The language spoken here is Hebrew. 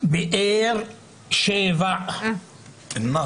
ימני ואגף שמאלי.